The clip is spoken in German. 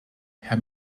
herr